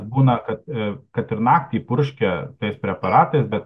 būna kad kad ir naktį purškia tais preparatais bet